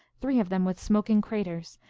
three of them with smoking craters,